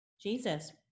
Jesus